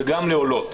וגם לעולות,